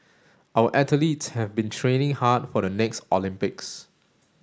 our athletes have been training hard for the next Olympics